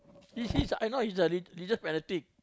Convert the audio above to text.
he sees I know he's a religious fanatic